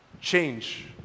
change